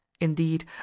indeed